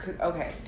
Okay